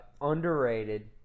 underrated